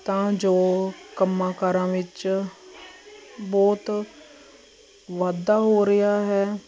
ਤਾਂ ਜੋ ਕੰਮਾਂ ਕਾਰਾਂ ਵਿੱਚ ਬਹੁਤ ਵਾਧਾ ਹੋ ਰਿਹਾ ਹੈ